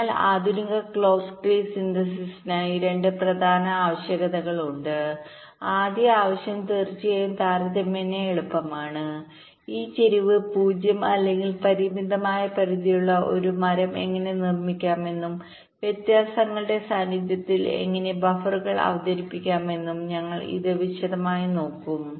അതിനാൽ ആധുനിക clock tree സിന്തസിസിനായി 2 പ്രധാന ആവശ്യകതകൾ ഉണ്ട് ആദ്യ ആവശ്യം തീർച്ചയായും താരതമ്യേന എളുപ്പമാണ് ഈ ചെരിവ് 0 അല്ലെങ്കിൽ പരിമിതമായ പരിധിയുള്ള ഒരു മരം എങ്ങനെ നിർമ്മിക്കാമെന്നും വ്യത്യാസങ്ങളുടെ സാന്നിധ്യത്തിൽ എങ്ങനെ ബഫറുകൾ അവതരിപ്പിക്കാമെന്നും ഞങ്ങൾ ഇത് വിശദമായി നോക്കും